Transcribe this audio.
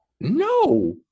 No